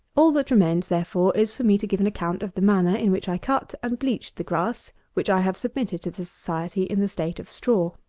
all that remains, therefore, is for me to give an account of the manner in which i cut and bleached the grass which i have submitted to the society in the state of straw.